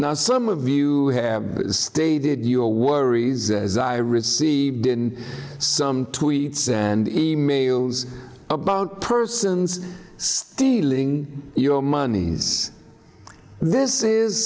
now some of you have stated your worries as i received in some tweets and e mails about persons stealing your monies this is